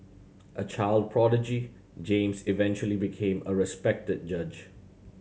a child prodigy James eventually became a respected judge